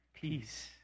peace